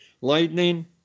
lightning